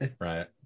Right